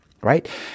right